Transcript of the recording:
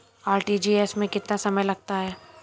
RTGS में कितना समय लगता है?